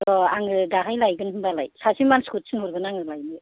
र' आङो दाहाय लायगोन होनबालाय सासे मानसिखौ थिनहरगोन आङो लाइनो